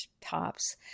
tops